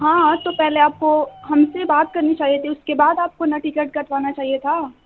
ہاں تو پہلے آپ کو ہم سے بات کرنی چاہیے تھی اُس بعد آپ کو نا ٹکٹ کٹوانا چاہیے تھا